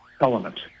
element